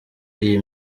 iyi